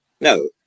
No